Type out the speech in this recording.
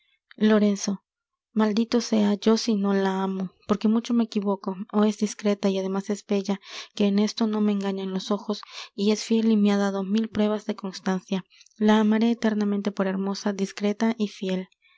judía lorenzo maldito sea yo si no la amo porque mucho me equivoco ó es discreta y ademas es bella que en esto no me engañan los ojos y es fiel y me ha dado mil pruebas de constancia la amaré eternamente por hermosa discreta y fiel